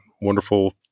wonderful